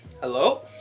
hello